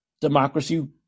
democracy